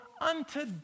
unto